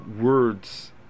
words